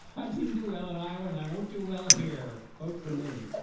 i didn't do well in iowa and i won't do well here. vote for me